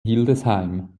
hildesheim